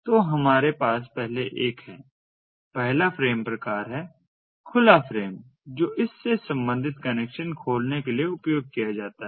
तो हमारे पास पहले एक है पहला फ्रेम प्रकार है खुला फ्रेम जो इस से संबंधित कनेक्शन खोलने के लिए उपयोग किया जाता है